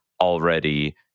already